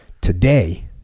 today